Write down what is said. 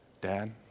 Dad